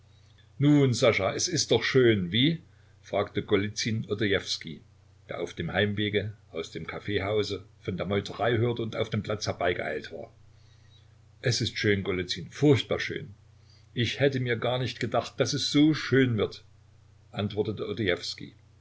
nun sascha es ist doch schön wie fragte golizyn odojewskij der auf dem heimwege aus dem kaffeehause von der meuterei hörte und auf den platz herbeigeeilt war es ist schön golizyn furchtbar schön ich hätte mir gar nicht gedacht daß es so schön wird antwortete